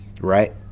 right